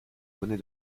bonnet